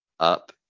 up